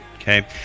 Okay